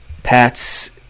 Pats